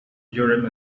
urim